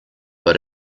but